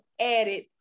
added